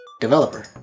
developer